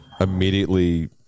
immediately